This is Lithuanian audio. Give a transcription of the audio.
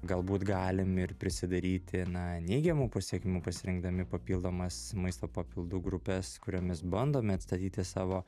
galbūt galim ir prisidaryti na neigiamų pasekmių pasirinkdami papildomas maisto papildų grupes kuriomis bandome atstatyti savo